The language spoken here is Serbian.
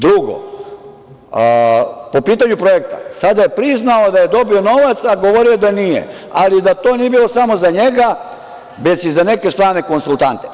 Drugo, po pitanju projekta, sada je priznao da je dobio novac, a govorio je da nije, ali da to nije bilo samo za njega, već i za neke strane konsultante.